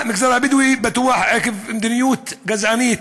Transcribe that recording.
במגזר הבדואי בטוח, עקב מדיניות גזענית,